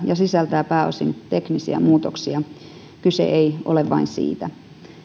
ja sisältää pääosin teknisiä muutoksia kyse ei ole vain siitä